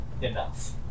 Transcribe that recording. enough